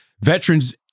veterans